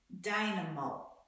dynamo